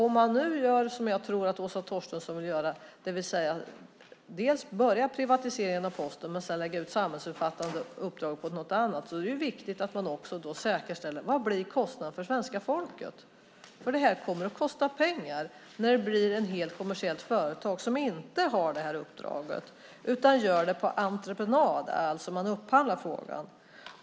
Om man gör så som jag tror att Åsa Torstensson vill, det vill säga börjar en privatisering av Posten och lägger ut samhällsomfattande uppdrag på någon annan, är det viktigt att man säkerställer vad kostnaden blir för svenska folket. Det kommer att kosta pengar när det blir ett kommersiellt företag som inte har det här uppdraget utan gör det på entreprenad; man upphandlar frågan.